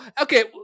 Okay